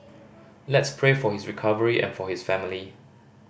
let's pray for his recovery and for his family